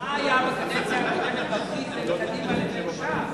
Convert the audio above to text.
מה היה בקדנציה הקודמת בדיל בין קדימה לבין ש"ס.